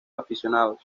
aficionados